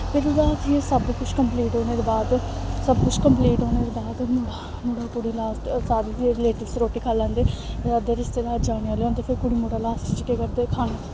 फिर उ'दे बाद एह् सब कुछ कम्पलीट होने दे बाद सब कुछ कम्पलिट होने दे बाद मुड़ा मुड़ा कुड़ी नाल सारे रिलेटिब्स रोटी खाई लैंदे रिश्तेदार जिसलै जाने आह्ले होंदे फिर कुड़ी मुड़ा लास्ट च केह् करदे खाने